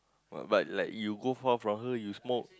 but but like you go far from her you smoke